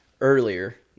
earlier